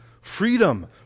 freedom